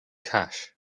cash